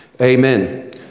Amen